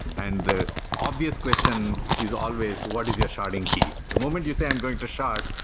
and the obvious question is always what is your sharding key? the moment you say, i'm going to shard,